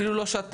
אפילו לא שתה.